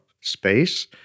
Space